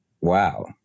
wow